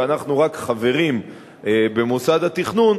ואנחנו רק חברים במוסד התכנון,